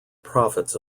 prophets